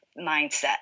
mindset